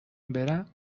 برم